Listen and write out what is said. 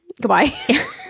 goodbye